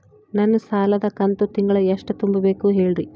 ನನ್ನ ಸಾಲದ ಕಂತು ತಿಂಗಳ ಎಷ್ಟ ತುಂಬಬೇಕು ಹೇಳ್ರಿ?